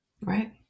Right